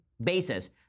basis